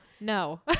no